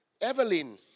Evelyn